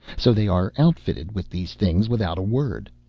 so they are outfitted with these things without a word.